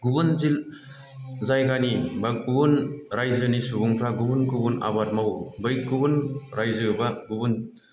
गुबुन जायगानि बा गुबुन रायजोनि सुबुंफ्रा गुबुन गुबुन आबाद मावो बै गुबुन रायजो बा गुबुन